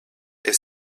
est